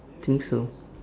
think so